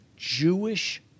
Jewish